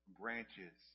branches